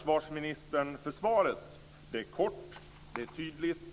Tack!